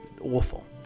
Awful